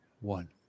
one